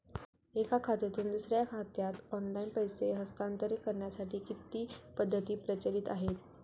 एका खात्यातून दुसऱ्या बँक खात्यात ऑनलाइन पैसे हस्तांतरित करण्यासाठी किती पद्धती प्रचलित आहेत?